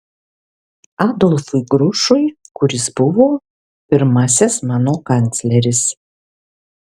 adolfui grušui kuris buvo pirmasis mano kancleris